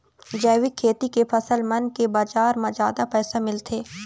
जैविक खेती के फसल मन के बाजार म जादा पैसा मिलथे